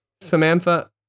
Samantha